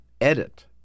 edit